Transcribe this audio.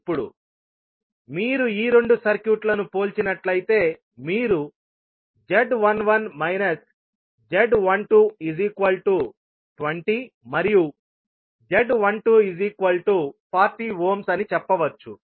ఇప్పుడు మీరు ఈ రెండు సర్క్యూట్లను పోల్చినట్లయితే మీరు z11 z1220 మరియు z1240 అని చెప్పవచ్చు